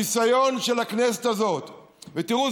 הניסיון של הכנסת הזאת, ותראו,